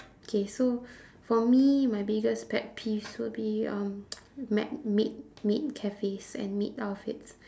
okay so for me my biggest pet peeves would be um ma~ maid maid cafes and maid outfits